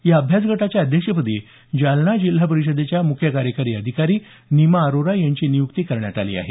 या अभ्यासगटाच्या अध्यक्षपदी जालना जिल्हा परिषदेच्या मुख्य कार्यकारी अधिकारी निमा अरोरा यांची नियुक्ती करण्यात आली आहे